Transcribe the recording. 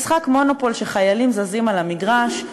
איזה משחק "מונופול" שחיילים זזים על המגרש,